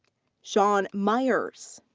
sean myers.